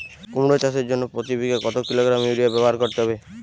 কুমড়ো চাষের জন্য প্রতি বিঘা কত কিলোগ্রাম ইউরিয়া ব্যবহার করতে হবে?